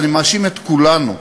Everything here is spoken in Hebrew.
אני מאשים את כולנו.